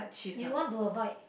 you want to avoid